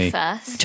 first